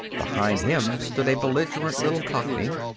behind him stood a belligerent little cockney.